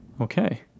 Okay